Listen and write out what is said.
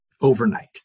overnight